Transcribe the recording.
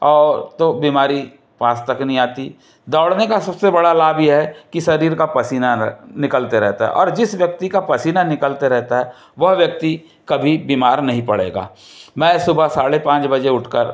और तो बीमारी पास तक नहीं आती दौड़ने का सबसे बड़ा लाभ यह है कि शरीर का पसीना निकलते रहता है और जिस व्यक्ति का पसीना निकलते रहता है वह व्यक्ति कभी बीमार नहीं पड़ेगा मैं सुबह साढ़े पाँच बजे उठकर